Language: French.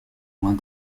moins